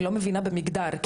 אני לא מבינה במגדר,